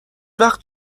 وقت